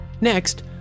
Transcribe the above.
Next